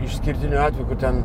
išskirtinių atvejų kur ten